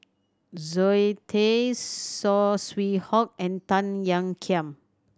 Zoe Tay Saw Swee Hock and Tan Ean Kiam